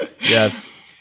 Yes